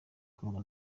ikundwa